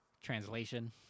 translation